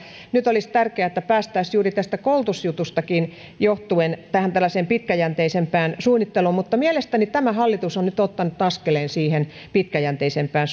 nyt olisi tärkeää että päästäisiin juuri tästä koulutusjutustakin johtuen tällaiseen pitkäjänteisempään suunnitteluun mielestäni tämä hallitus on nyt ottanut askeleen siihen pitkäjänteisempään